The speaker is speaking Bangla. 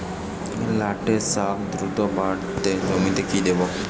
লটে শাখ দ্রুত বাড়াতে জমিতে কি দেবো?